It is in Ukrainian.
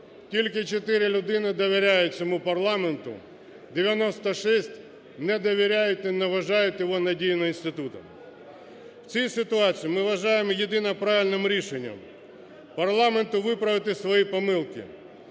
тільки чотири людини довіряють цьому парламенту, 96 не довіряють і не вважають його надійним інститутом. В цій ситуації, ми вважаємо, єдино правильним рішенням парламенту виправити свої помилки.